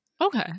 Okay